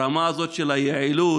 ברמה הזאת של היעילות